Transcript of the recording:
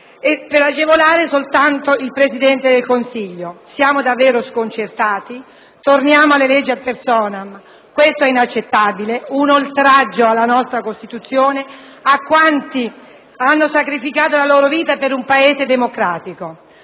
per agevolare soltanto il Presidente del Consiglio. Siamo davvero sconcertati. Torniamo alle leggi *ad personam*. Questo è inaccettabile. È un oltraggio alla nostra Costituzione, a quanti hanno sacrificato la loro vita per un Paese democratico.